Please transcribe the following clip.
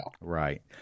right